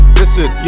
listen